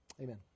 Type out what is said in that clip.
Amen